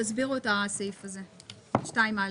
תסבירו את הסעיף הזה, סעיף 2(א).